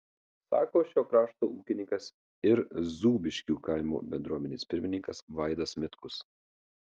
sako šio krašto ūkininkas ir zūbiškių kaimo bendruomenės pirmininkas vaidas mitkus